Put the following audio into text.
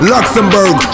Luxembourg